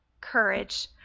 courage